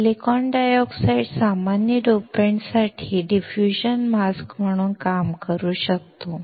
silicon dioxide सामान्य डोपेंट्ससाठी diffusion mask म्हणून काम करू शकतो